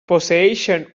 posseeixen